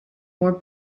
more